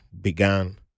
began